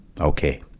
Okay